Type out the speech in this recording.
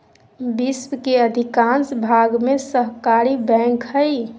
विश्व के अधिकांश भाग में सहकारी बैंक हइ